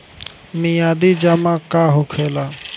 मियादी जमा का होखेला?